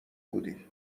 بودی